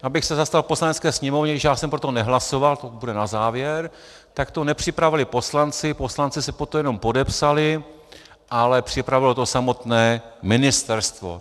Abych se zastal Poslanecké sněmovny, i když já jsem pro to nehlasoval, to bude na závěr, nepřipravili to poslanci, poslanci se pod to jenom podepsali, ale připravilo to samotné ministerstvo.